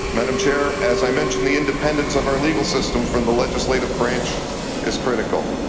madam chair, as i mentioned, the independence of our legal system from the legislative branch is critical.